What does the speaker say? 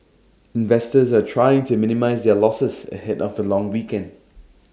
investors are trying to minimise their losses ahead of the long weekend